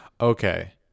okay